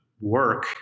work